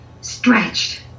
stretched